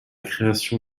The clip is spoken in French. création